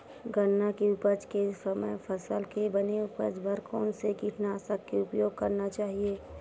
गन्ना के उपज के समय फसल के बने उपज बर कोन से कीटनाशक के उपयोग करना चाहि?